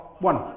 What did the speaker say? One